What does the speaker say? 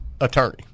attorney